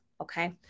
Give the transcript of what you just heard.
okay